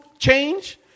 change